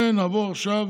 ונעבור עכשיו